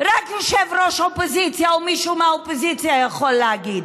רק יושב-ראש אופוזיציה או מישהו מהאופוזיציה יכול להגיד: